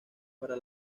para